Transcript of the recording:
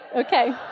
Okay